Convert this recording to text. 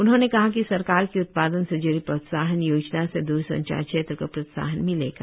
उन्होंने कहा कि सरकार की उत्पादन से ज्ड़ी प्रोत्साहन योजना से दूरसंचार क्षेत्र को प्रोत्साहन मिलेगा